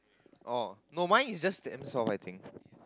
oh no mine is just damn soft I think